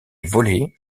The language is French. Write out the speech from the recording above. volés